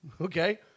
okay